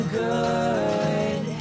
good